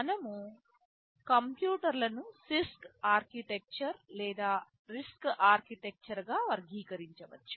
మనము కంప్యూటర్లను CISC architecture లేదా RISC ఆర్కిటెక్చర్ గా వర్గీకరించవచ్చు